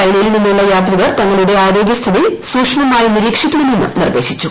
ചൈനയിൽ നിന്നുള്ള യാത്രികർ തങ്ങളുടെ ആരോഗ്യസ്ഥിതി സൂക്ഷ്മമായി നിരീക്ഷിക്കണമെന്നും നിർദ്ദേശിച്ചു